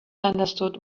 understood